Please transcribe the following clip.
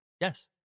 Yes